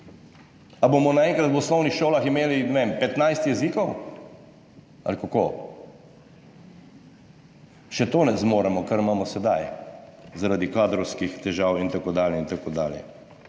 Ali bomo naenkrat v osnovnih šolah imeli 15 jezikov ali kako? Še tega ne zmoremo, kar imamo sedaj, zaradi kadrovskih težav in tako dalje.